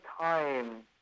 time